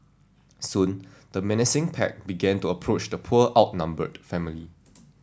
soon the menacing pack began to approach the poor outnumbered family